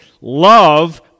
love